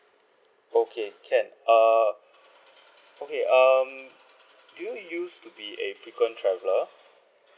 okay can err okay um do you used to be a frequent traveller